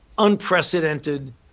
unprecedented